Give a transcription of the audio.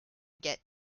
get